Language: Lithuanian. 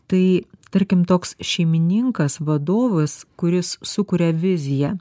tai tarkim toks šeimininkas vadovas kuris sukuria viziją